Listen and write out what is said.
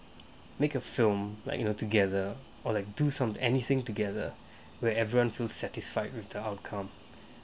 make a film like you know together or like do some anything together where everyone so satisfied with the outcome